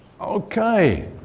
okay